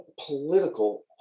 political